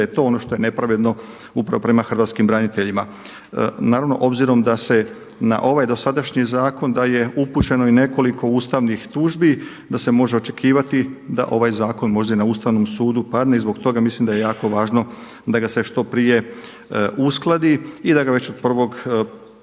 da je to ono što je nepravedno upravo prema hrvatskim braniteljima. Naravno obzirom da se na ovaj dosadašnji zakon da je upućeno i nekoliko ustavnih tužbi, da se može očekivati da ovaj zakon možda i na Ustavnom sudu padne. I zbog toga mislim da je jako važno da ga se što prije uskladi i da ga već od 1.1.2017. počnemo